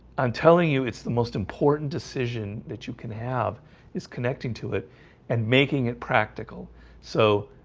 i'm telling you. it's the most important decision that you can have is connecting to it and making it practical so